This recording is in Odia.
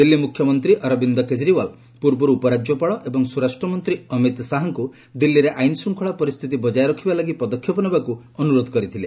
ଦିଲ୍ଲୀ ମୁଖ୍ୟମନ୍ତ୍ରୀ ଅରବିନ୍ଦ୍ କେଜରିଓ୍ବାଲ୍ ପୂର୍ବରୁ ଉପରାଜ୍ୟପାଳ ଏବଂ ସ୍ୱରାଷ୍ଟ୍ରମନ୍ତ୍ରୀ ଅମିତ୍ ଶାହାଙ୍କୁ ଦିଲ୍ଲୀରେ ଆଇନ ଶ୍ଚଙ୍ଖଳା ପରିସ୍ଥିତି ବଜାୟ ରଖିବା ଲାଗି ପଦକ୍ଷେପ ନେବାକୁ ଅନ୍ତରୋଧ କରିଥିଲେ